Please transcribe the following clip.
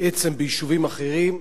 בעצם ביישובים אחרים.